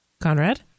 Conrad